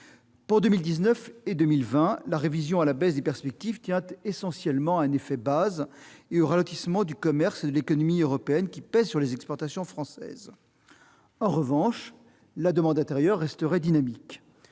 Pour 2019 et 2020, la révision à la baisse des perspectives tient essentiellement à un « effet base » défavorable et au ralentissement du commerce et de l'économie européenne qui pèse sur les exportations françaises. En revanche, la demande intérieure resterait dynamique.